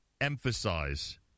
emphasize